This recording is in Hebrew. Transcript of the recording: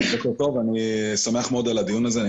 אני שמח מאוד על הדיון הזה.